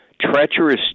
treacherous